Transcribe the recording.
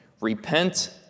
Repent